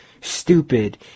stupid